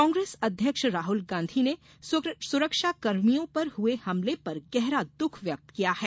कांग्रेस अध्यक्ष राहल गांधी ने सुरक्षाकर्मियों पर हुए हमले पर गहरा द्ख व्यक्त किया है